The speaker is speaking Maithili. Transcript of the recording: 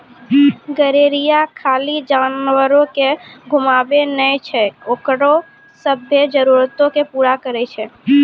गरेरिया खाली जानवरो के घुमाबै नै छै ओकरो सभ्भे जरुरतो के पूरा करै छै